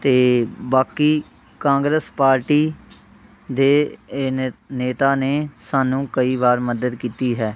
ਅਤੇ ਬਾਕੀ ਕਾਂਗਰਸ ਪਾਰਟੀ ਦੇ ਨੇਤ ਨੇਤਾ ਨੇ ਸਾਨੂੰ ਕਈ ਵਾਰ ਮਦਦ ਕੀਤੀ ਹੈ